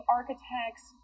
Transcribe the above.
architects